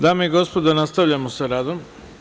Dame i gospodo, nastavljamo sa radom.